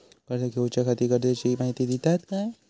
कर्ज घेऊच्याखाती गरजेची माहिती दितात काय?